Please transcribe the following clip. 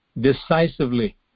decisively